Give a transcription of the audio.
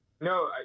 No